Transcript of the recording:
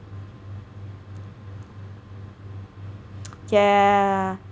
yeah